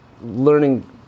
learning